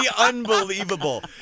unbelievable